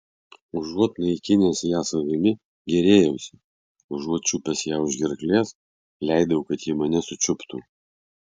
užuot naikinęs ją savimi gėrėjausi užuot čiupęs ją už gerklės leidau kad ji mane sučiuptų